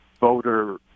voter